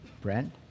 Brent